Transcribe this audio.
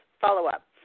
follow-up